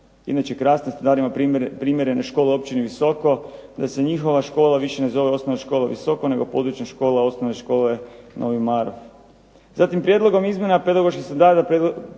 inače krasan ste naveli primjer .../Govornik se ne razumije./... da se njihova škola više ne zove Osnovna škola Visoko, nego Područna škola osnovne škole Novi Marof.